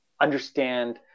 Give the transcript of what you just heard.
understand